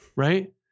Right